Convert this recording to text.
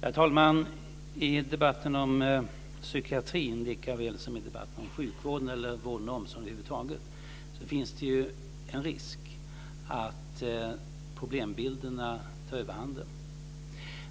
Herr talman! I debatten om psykiatrin likaväl som i debatten om sjukvården eller vården och omsorgen över huvud taget finns det en risk att problembilderna tar överhanden.